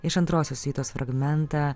iš antrosios siutos fragmentą